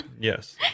Yes